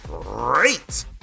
great